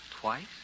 twice